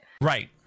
Right